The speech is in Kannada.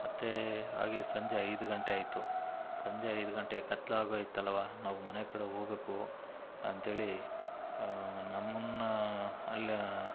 ಮತ್ತೆ ಹಾಗೆ ಸಂಜೆ ಐದು ಗಂಟೆ ಆಯಿತು ಸಂಜೆ ಐದು ಗಂಟೆ ಕತ್ತ್ಲಾಗೋಯ್ತು ಅಲ್ವಾ ನಾವು ಮನೆ ಕಡೆ ಹೋಗ್ಬೇಕು ಅಂಥೇಳಿ ನಮ್ಮನ್ನು ಅಲ್ಲಿ